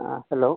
ആ ഹലോ